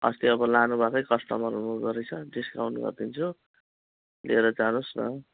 अस्ति अब लानुभएकै कस्टमर हुनुहुँदो रहेछ डिस्काउन्ट गरिदिन्छु लिएर जानुहोस् न